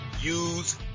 use